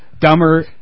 Dumber